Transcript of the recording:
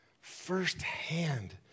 firsthand